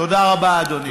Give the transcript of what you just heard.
תודה רבה, אדוני.